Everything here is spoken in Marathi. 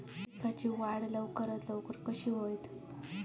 पीक वाढ लवकर कसा होईत?